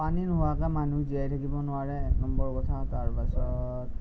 পানী নোহোৱাকৈ মানুহ জীয়াই থাকিব নোৱাৰে এক নম্বৰ কথা তাৰপাছত